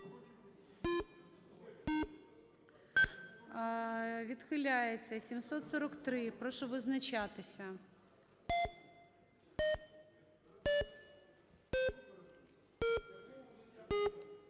Відхиляється. 743. Прошу визначатися.